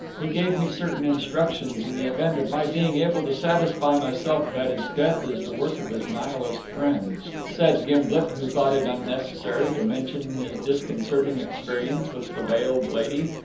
he gave me certain instructions, in the event of my being able to satisfy myself that his death is the work of his nihilist friends, said gimblet, who thought it unnecessary to mention his disconcerting experience with the veiled lady,